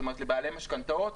זאת אומרת לבעלי משכנתאות,